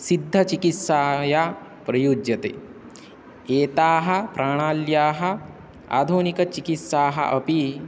सिद्धचिकित्सा प्रयुज्यते एताः प्राणाल्याः आधुनिकचिकित्साः अपि